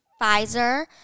Pfizer